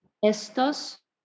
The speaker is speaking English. Estos